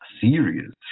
serious